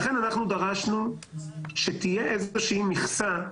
לכן, דרשנו שתהיה איזושהי מכסה.